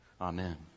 Amen